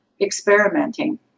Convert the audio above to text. experimenting